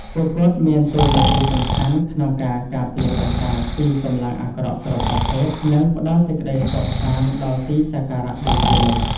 ពួកគាត់មានតួនាទីសំខាន់ក្នុងការ ការពារប្រាសាទ ពីកម្លាំងអាក្រក់គ្រប់ប្រភេទ និងផ្តល់សេចក្តីសុខសាន្តដល់ទីសក្ការៈបូជានោះ។